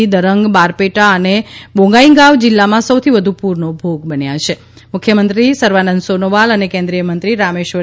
થઈ છે દરંગ બારપેટા અને બોંગાઇગાંવ જિલ્લામાં સૌથી વધુ પૂરનો ભોગ બન્યો છે મુખ્યમંત્રી સર્વાનંદ સોનોવાલ અને કેન્દ્રીય મંત્રી રામેશ્વર